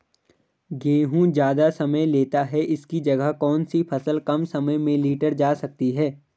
गेहूँ ज़्यादा समय लेता है इसकी जगह कौन सी फसल कम समय में लीटर जा सकती है?